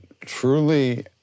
truly